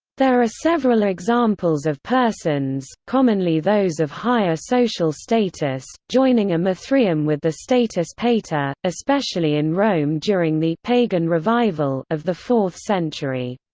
there are several examples of persons, commonly those of higher social status, joining a mithraeum with the status pater especially in rome during the pagan revival of the fourth century.